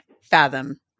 fathom